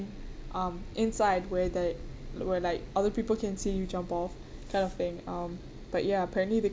um inside where they where like other people can see you jump off kind of thing um but ya apparently they